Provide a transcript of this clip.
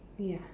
ya